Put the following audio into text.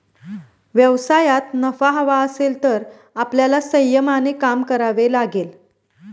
व्यवसायात नफा हवा असेल तर आपल्याला संयमाने काम करावे लागेल